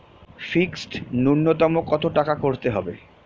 Fixed নুন্যতম কত টাকা করতে হবে?